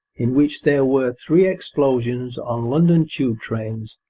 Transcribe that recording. in which there were three explosions on london tube-trains,